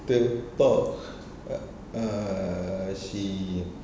kita talk ah I see